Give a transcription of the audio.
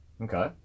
Okay